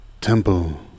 temple